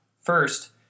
First